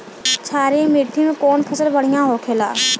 क्षारीय मिट्टी में कौन फसल बढ़ियां हो खेला?